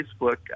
Facebook